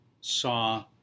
saw